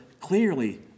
clearly